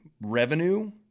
revenue